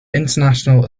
international